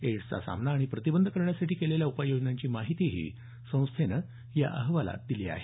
एड्सचा सामना आणि प्रतिबंध करण्यासाठी केलेल्या उपाययोजनांची माहितीही संस्थेनं या अहवालात दिली आहे